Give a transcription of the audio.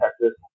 Texas